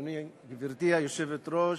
היושבת-ראש,